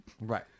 right